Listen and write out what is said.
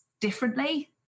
differently